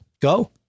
Go